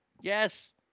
Yes